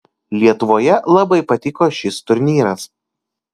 lietuvoje labai patiko šis turnyras